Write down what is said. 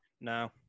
No